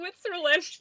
Switzerland